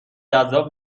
جذاب